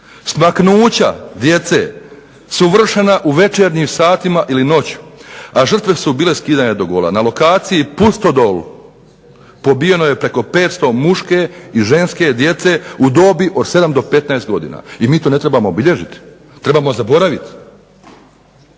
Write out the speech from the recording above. Smaknuća djece su vršena u večernjim satima ili noću, a žrtve su bile skidanje do gola. Na lokaciji Pustodol pobijeno je preko 500 muške i ženske djece u dobi od 7 do 15 godina i mi to ne trebamo obilježit. Trebamo zaboravit?